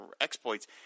exploits